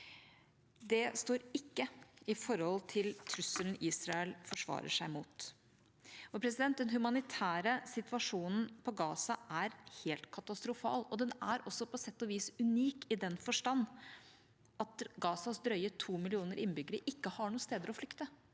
Det står ikke i forhold til trusselen Israel forsvarer seg mot. Den humanitære situasjonen på Gaza er helt katastrofal, og den er på sett og vis unik i den forstand at Gazas drøye to millioner innbyggere ikke har noe sted å flykte.